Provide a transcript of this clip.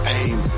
aim